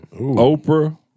Oprah